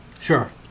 Sure